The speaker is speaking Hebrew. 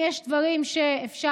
את הדברים האלה אפשר